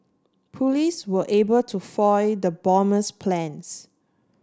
police were able to foil the bomber's plans